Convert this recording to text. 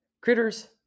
critters